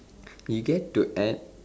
we get to add